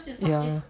ya